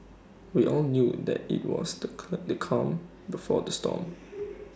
we all knew that IT was the the calm before the storm